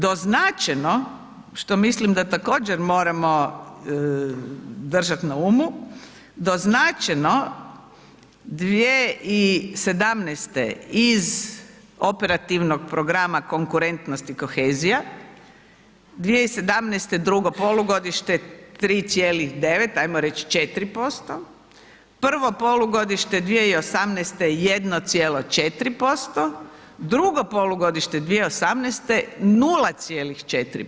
Doznačeno, što mislim da također moramo držati na umu, doznačeno 2017. iz Operativnog programa konkurentnost i kohezija, 2017. drugo polugodište, 3,9, hajmo reći 4%, prvo polugodište 2018. 1,4%, drugo polugodište 0,4%